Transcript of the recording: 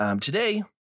today